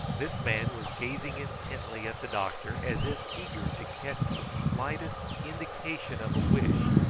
this man was gazing intently at the doctor, as if eager to catch the slightest indication of a wish,